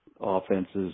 offenses